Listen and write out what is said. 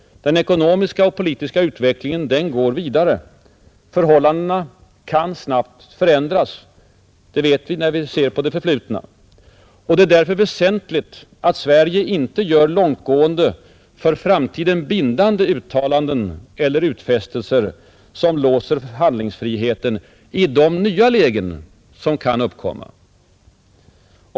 Den ekonomiska och politiska utvecklingen går vidare. Förhållandena kan snabbt förändras. Det är därför väsentligt att Sverige inte gör långtgående, för framtiden bindande uttalanden eller utfästelser som låser handlingsfriheten i de nya lägen som kan uppkomma.